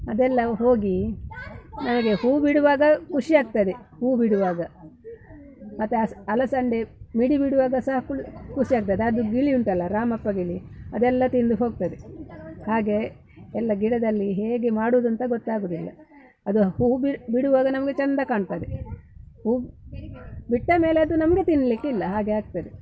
ಅದೆಲ್ಲ ಹೋಗಿ ಹೂ ಬಿಡುವಾಗ ಖುಷಿ ಆಗ್ತದೆ ಹೂ ಬಿಡುವಾಗ ಮತ್ತೆ ಅಲಸಂದೆ ಮಿಡಿ ಬಿಡುವಾಗ ಸಹ ಕುಲ್ ಖುಷಿ ಆಗ್ತದೆ ಅದು ಗಿಳಿ ಉಂಟಲ್ಲ ರಾಮಪ್ಪ ಗಿಳಿ ಅದೆಲ್ಲ ತಿಂದು ಹೋಗ್ತದೆ ಹಾಗೆ ಎಲ್ಲ ಗಿಡದಲ್ಲಿ ಹೇಗೆ ಮಾಡುವುದಂತ ಗೊತ್ತಾಗುವುದಿಲ್ಲ ಅದು ಹೂ ಬಿಡುವಾಗ ನಮಗೆ ಚೆಂದ ಕಾಣ್ತದೆ ಹೂ ಬಿಟ್ಟ ಮೇಲೆ ಅದು ನಮಗೆ ತಿನ್ನಲಿಕ್ಕಿಲ್ಲ ಹಾಗೆ ಆಗ್ತದೆ